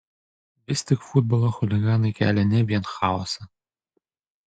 vis tik futbolo chuliganai kelia ne vien chaosą